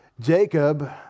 Jacob